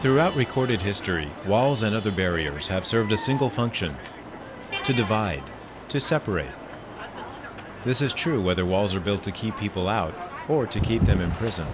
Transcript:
throughout recorded history walls and other barriers have served a single function to divide to separate this is true whether walls are built to keep people out or to keep them in prison